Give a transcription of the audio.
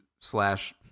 slash